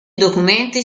documenti